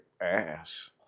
ass